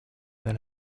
than